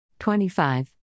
25